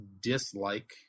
dislike